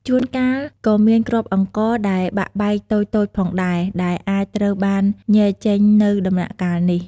ជួនកាល ក៏មានគ្រាប់អង្ករដែលបាក់បែកតូចៗផងដែរ ដែលអាចត្រូវបានញែកចេញនៅដំណាក់កាលនេះ។